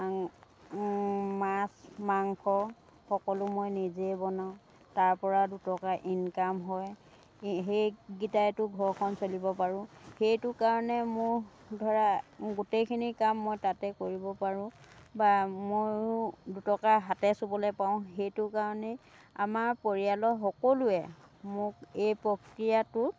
মাছ মাংস সকলো মই নিজেই বনাওঁ তাৰ পৰা দুটকা ইনকাম হয় সেইকেইটাইতো ঘৰখন চলিব পাৰোঁ সেইটো কাৰণে মোৰ ধৰা গোটেইখিনি কাম মই তাতে কৰিব পাৰোঁ বা ময়ো দুটকা হাতেৰে চুবলৈ পাওঁ সেইটো কাৰণেই আমাৰ পৰিয়ালৰ সকলোৱে মোক এই প্ৰক্ৰিয়াটোত